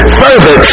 further